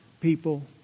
people